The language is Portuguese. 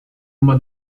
uma